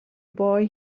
boy